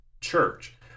church